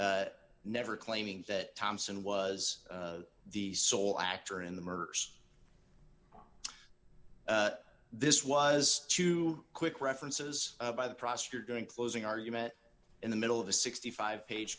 never claiming that thompson was the sole actor in the murders this was two quick references by the prosecutor going closing argument in the middle of a sixty five page